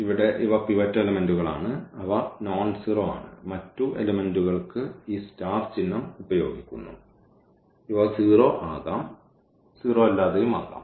ഇവിടെ ഇവ പിവറ്റ് എലെമെന്റുകൾ ആണ് അവ നോൺസീറോ ആണ് മറ്റു എലമെൻറ്കൾക്ക് ഈ സ്റ്റാർ ചിഹ്നം ഉപയോഗിക്കുന്നു ഇവ 0 ആകാം അവ 0 അല്ലാതെയും ആകാം